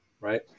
right